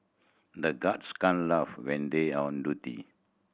the guards can't laugh when they are on duty